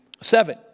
seven